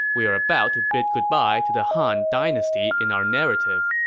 we are about to bid goodbye to the han dynasty in our narrative.